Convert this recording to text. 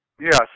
Yes